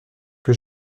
que